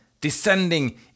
descending